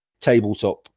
tabletop